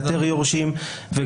לאתר יורשים,